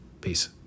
Peace